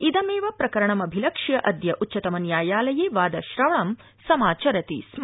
इदमेव प्रकरणमभिलक्ष्य अद्य उच्चतमन्यायालये वादश्रवणां सभाचरति स्म